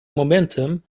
momentum